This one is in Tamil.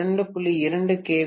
2 கே